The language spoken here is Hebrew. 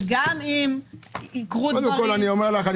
שגם אם יקרו דברים,